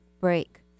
break